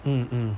mm